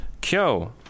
Kyo